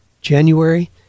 January